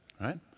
right